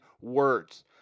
words